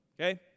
Okay